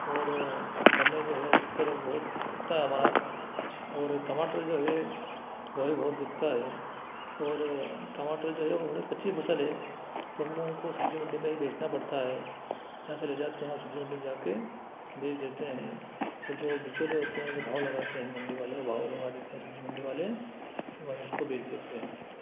और गन्ने जो है अधिकतर बहुत बिकता है हमारा और टमाटर जो है वह भी बहुत बिकता है और टमाटर जो है वह बड़ी अच्छी फसल है तो हम लोगो को सब्ज़ी मंडी में ही बेचना पड़ता है यहाँ से ले जाते हैं और सब्ज़ी मंडी में जा कर बेच देते हैं और जो बिचौलिए होते हैं जो भाव लगाते हैं मंडी वाले वह भाव लगा देते हैं सब्ज़ी मंडी वाले वहीं इसको बेच देते हैं